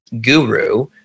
guru